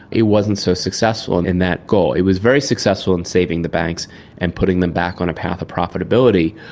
it wasn't so successful and in that goal. it was very successful in saving the banks and putting them back on a path of profitability.